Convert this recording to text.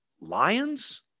Lions